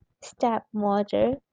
stepmother